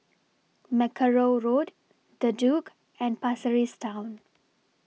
Mackerrow Road The Duke and Pasir Ris Town